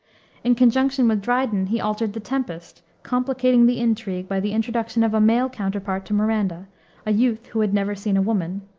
in conjunction with dryden, he altered the tempest, complicating the intrigue by the introduction of a male counterpart to miranda a youth who had never seen a woman.